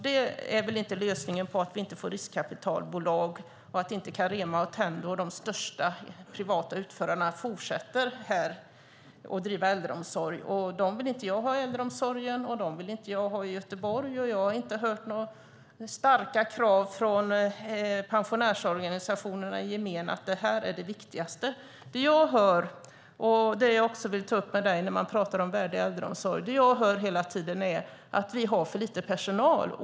Det är väl inte lösningen när det gäller att slippa riskkapitalbolag och att Carema, Attendo och de största privata utförarna fortsätter att bedriva äldreomsorg här. Jag vill inte ha dem i äldreomsorgen, och jag vill inte ha dem i Göteborg. Jag har inte heller hört några starka krav från pensionärsorganisationerna i gemen om att detta är det viktigaste. Jag vill ta upp en sak med dig när man pratar om en värdig äldreomsorg. Det jag hela tiden hör är att man har för lite personal.